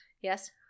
Yes